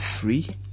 free